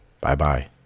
Bye-bye